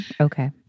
Okay